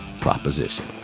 proposition